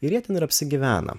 ir jie ten ir apsigyvena